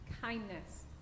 kindness